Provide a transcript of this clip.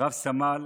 רב-סמל